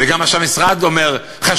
וגם מה שהמשרד אומר חשוב,